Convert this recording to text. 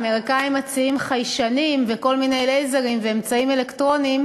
האמריקנים מציעים חיישנים וכל מיני לייזרים ואמצעים אלקטרוניים